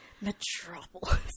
metropolis